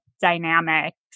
dynamics